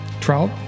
trout